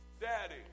daddy